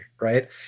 right